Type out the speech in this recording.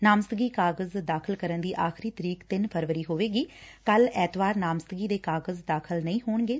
ਨਾਮਜ਼ਦਗੀ ਕਾਗਜ਼ ਦਾਖ਼ਲ ਕਰਨ ਦੀ ਆਖਰੀ ਤਰੀਕ ਤਿੰਨ ਫਰਵਰੀ ਹੋਵੇਗੀ ਕੱਲ ਐਤਵਾਰ ਨਾਮਜ਼ਦਗੀ ਦੇ ਕਾਗਜ ਦਾਖ਼ਲ ਨਹੀਂ ਹੋਣਗੇ